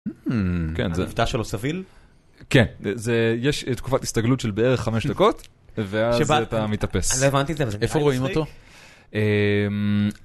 כן זה, המבטא שלו סביל? כן, יש תקופת הסתגלות של בערך חמש דקות ואז אתה מתאפס. איפה רואים אותו?